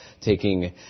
taking